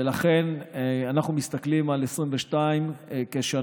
ולכן אנחנו מסתכלים על 2022 ו-2023